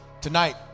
Tonight